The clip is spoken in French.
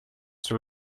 sur